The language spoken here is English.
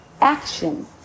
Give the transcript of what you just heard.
action